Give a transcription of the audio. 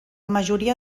majoria